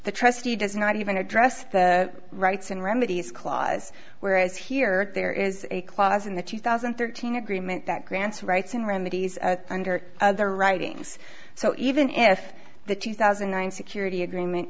the trustee does not even address the rights and remedies clause whereas here there is a clause in the two thousand and thirteen agreement that grants rights and remedies under other writings so even if the two thousand and nine security agreement